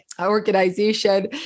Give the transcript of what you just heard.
organization